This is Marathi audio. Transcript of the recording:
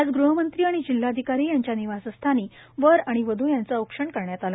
आज गृहमंत्री आणि जिल्हाधिकारी यांच्या निवासस्थानी वर आणि वधू यांचे औक्षण करण्यात आले